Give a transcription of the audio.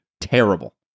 terrible